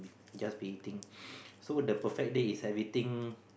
just baiting so the perfect day is just everything